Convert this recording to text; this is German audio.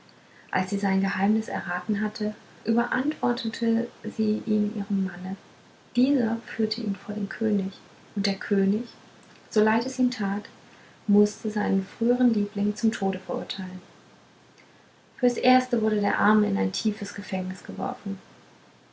als sie sein geheimnis erraten hatte überantwortete sie ihn ihrem manne dieser führte ihn vor den könig und der könig so leid es ihm tat mußte seinen früheren liebling zum tode verurteilen fürs erste wurde der arme in ein tiefes gefängnis geworfen